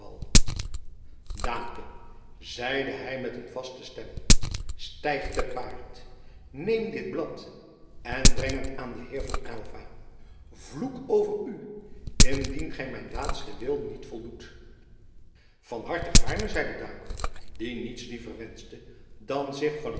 daamke zeide hij met een vaste stem stijg te paard neem dit blad en breng het aan den heer van aylva vloek over u indien gij mijn laatsten wil niet voldoet van harte gaarne zeide daamke die niets liever wenschte dan zich van het